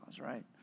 right